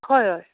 हय हय